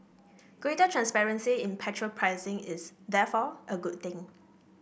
greater transparency in petrol pricing is therefore a good thing